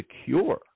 secure